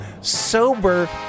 sober